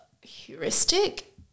heuristic